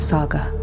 Saga